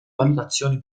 valutazioni